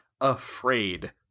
afraid